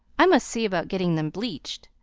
i must see about getting them bleached.